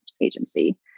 Agency